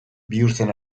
bihurtzen